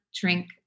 drink